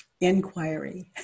inquiry